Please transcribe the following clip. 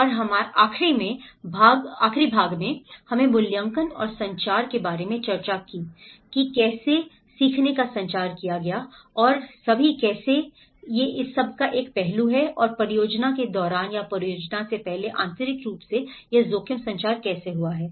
और आखिरी में भाग हमें मूल्यांकन और संचार के बारे में चर्चा की जाती है कि कैसे सीखने का संचार किया गया है और सभी कैसे यह इसका एक पहलू है और परियोजना के दौरान या परियोजना से पहले आंतरिक रूप से यह जोखिम संचार कैसे हुआ है